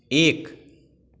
एक